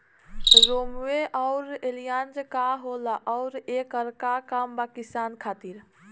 रोम्वे आउर एलियान्ज का होला आउरएकर का काम बा किसान खातिर?